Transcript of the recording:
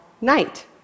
night